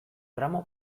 gramo